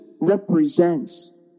represents